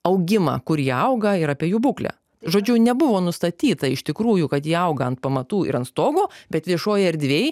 augimą kur jie auga ir apie jų būklę žodžiu nebuvo nustatyta iš tikrųjų kad jie auga ant pamatų ir ant stogo bet viešoj erdvėj